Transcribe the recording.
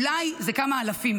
אולי זה כמה אלפים,